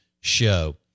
show